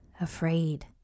afraid